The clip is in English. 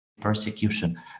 persecution